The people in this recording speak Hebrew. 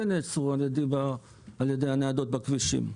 נעצרו על ידי על ידי הניידות בכבישים.